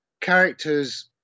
characters